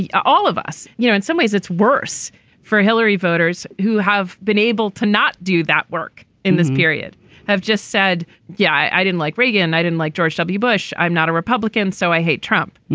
yeah all of us you know in some ways it's worse for hillary voters who have been able to not do that work in this period have just said yeah i didn't like reagan i didn't like george w. bush i'm not a republican so i hate trump.